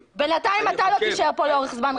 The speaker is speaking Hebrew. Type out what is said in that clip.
בינתיים אתה לא תישאר פה לאורך זמן,